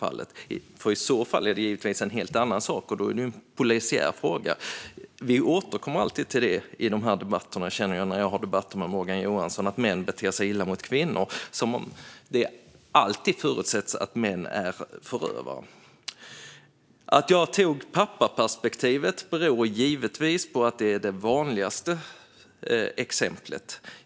I så fall är det givetvis en helt annan sak, och då är det en polisiär fråga. När jag har debatter med Morgan Johansson känner jag att vi alltid återkommer till att män beter sig illa mot kvinnor, som att det förutsätts att män alltid är förövare. Att jag tog pappaperspektivet beror givetvis på att det är det vanligaste exemplet.